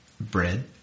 bread